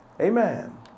Amen